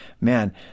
man